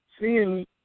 seeing